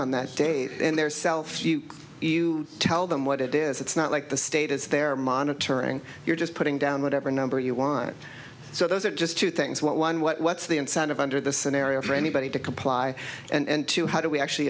on that date in their self you tell them what it is it's not like the state is there monitoring you're just putting down whatever number you want so those are just two things one what's the incentive under the scenario for anybody to comply and to how do we actually